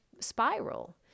spiral